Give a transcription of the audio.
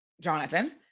Jonathan